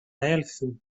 έλθουν